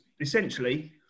essentially